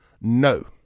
no